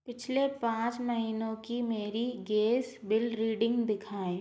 पिछले पाँच महीनों की मेरी गेस बिल रीडिंग दिखाएँ